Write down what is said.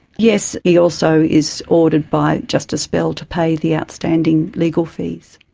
yes, he also is ordered by justice bell to pay the outstanding legal fees.